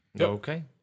Okay